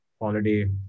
holiday